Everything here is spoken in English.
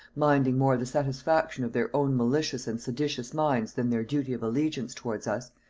minding more the satisfaction of their own malicious and seditious minds than their duty of allegiance towards us,